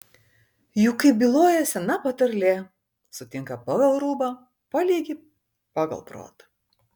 juk kaip byloja sena patarlė sutinka pagal rūbą palydi pagal protą